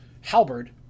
halberd